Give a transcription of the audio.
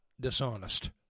dishonest